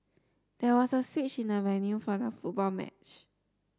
there was a switch in the venue for the football match